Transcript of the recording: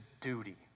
duty